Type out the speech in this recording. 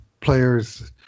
players